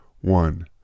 one